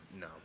no